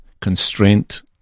constraint